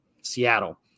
Seattle